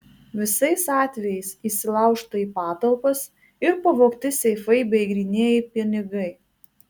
visais atvejais įsilaužta į patalpas ir pavogti seifai bei grynieji pinigai